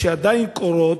שעדיין קורות,